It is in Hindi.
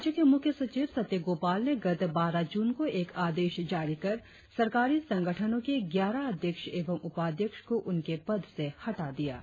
राज्य के मुख्य सचिव सत्य गोपाल ने गत बारह जून को आदेश जारी कर सरकारी संगठनों के ग्यारह अध्यक्ष एवं उपाध्यक्ष को उनके सेवा से हटा दिया है